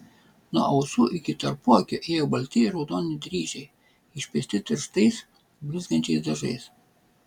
nuo ausų iki tarpuakio ėjo balti ir raudoni dryžiai išpiešti tirštais blizgančiais dažais